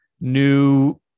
new